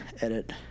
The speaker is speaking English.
edit